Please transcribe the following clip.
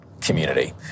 community